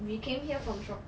we came here from shopping